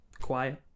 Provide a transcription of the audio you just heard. quiet